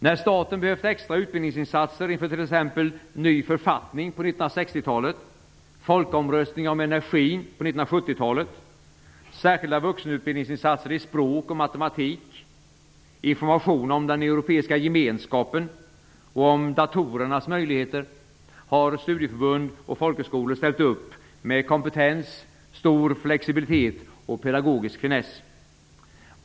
När staten behövt extra utbildningsinsatser inför t.ex. den nya författningen i slutet av 1960-talet och folkomröstningen om energi på 1970-talet, särskilda vuxenutbildningsinsatser i språk och matematik, information om den europeiska gemenskapen och om datorernas möjligheter har studieförbund och folkhögskolor ställt upp med kompetens, stor flexibilitet och pedagogisk finess.